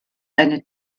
eine